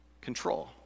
Control